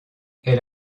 elle